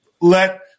Let